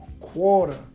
quarter